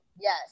yes